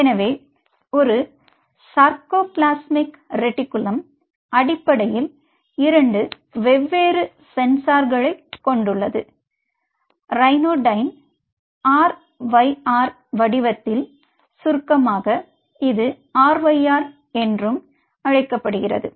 எனவே ஒரு sarcoplasmic reticulum அடிப்படையில் 2 வெவ்வேறு சென்சார்களைக் கொண்டுள்ளது ரியானோடின் RYR வடிவத்தில் சுருக்கமாக இது RYR என்றும் அழைக்கப்படுகிறது